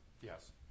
Yes